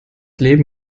leben